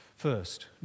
First